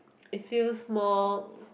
it feels more